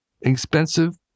expensive